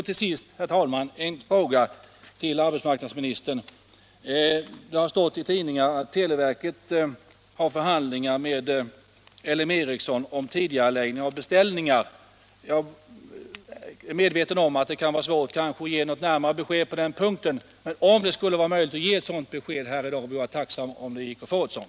Till sist, herr talman, en fråga till arbetsmarknadsministern: Det har stått i tidningarna att televerket har förhandlingar med LM Ericsson om tidigareläggning av beställningar. Hur förhåller det sig med detta? Jag är medveten om att det kanske kan vara svårt att ge något närmare besked på den punkten, men om det är möjligt för arbetsmarknadsministern att svara i dag vore jag tacksam.